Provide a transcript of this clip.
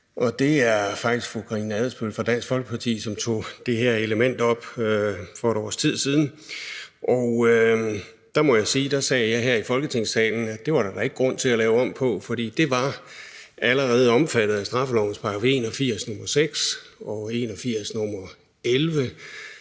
og det er faktisk fru Karina Adsbøl fra Dansk Folkeparti, som tog det her element op for et års tid siden, og jeg må sige, at da sagde jeg her i Folketingssalen, at det var der da ikke grund til at lave om på, for det var allerede omfattet af straffelovens § 81, nr. 6, og § 81,